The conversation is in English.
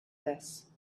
this